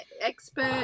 expert